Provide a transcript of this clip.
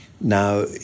Now